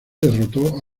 derrotó